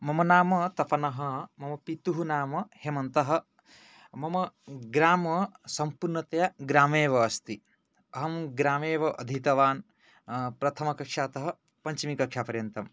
मम नाम तपनः मम पितुः नाम हेमन्तः मम ग्राम सम्पूर्णतया ग्रामेव अस्ति अहं ग्रामेव अधितवान् प्रथमकक्षा तः पञ्चमी कक्षा पर्यन्तम्